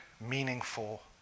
meaningful